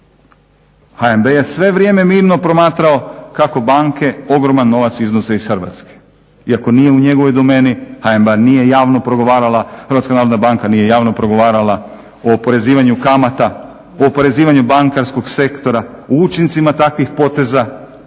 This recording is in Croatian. HNB je sve vrijeme mirno promatrao kako banke ogroman novac iznose iz Hrvatske. Iako nije u njegovoj domeni HNB nije javno progovarala, HNB nije javno progovarala o oporezivanju kamata, o oporezivanju bankarskog sektora, o učincima takvih poteza koji se